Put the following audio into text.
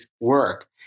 work